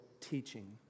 teaching